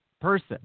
person